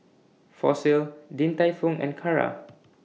Fossil Din Tai Fung and Kara